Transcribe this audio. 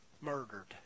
murdered